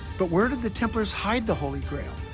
but where did the templars hide the holy grail?